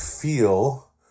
feel